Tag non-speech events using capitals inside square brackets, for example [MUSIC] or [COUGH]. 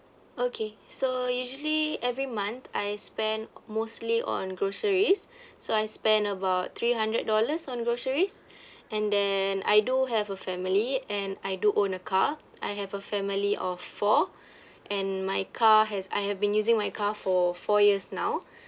okay so usually every month I spent mostly on groceries so I spend about three hundred dollars on groceries and then I do have a family and I do own a car I have a family of four [BREATH] and my car has I have been using my car for four years now [BREATH]